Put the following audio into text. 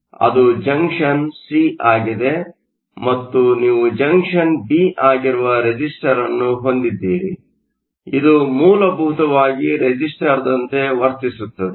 ಅದು junction C ಆಗಿದೆ ಮತ್ತು ನೀವು ಜಂಕ್ಷನ್ ಬಿ ಆಗಿರುವ ರೆಸಿಸ್ಟರ್ ಅನ್ನು ಹೊಂದಿದ್ದೀರಿ ಆದ್ದರಿಂದ ಇದು ಮೂಲಭೂತವಾಗಿ ರೆಸಿಸ್ಟರ್ದಂತೆ ವರ್ತಿಸುತ್ತದೆ